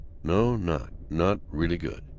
no, not not really good.